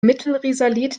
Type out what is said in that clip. mittelrisalit